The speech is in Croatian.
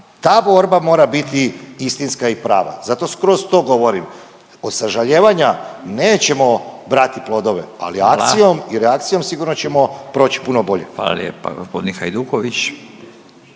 ta borba mora biti istinska i prava, zato skroz to govorim, od sažaljevanja nećemo brati plodove…/Upadica Radin: Hvala./…ali akcijom i reakcijom sigurno ćemo proći puno bolje. **Radin, Furio